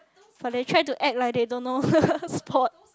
but they try to act like they don't know sport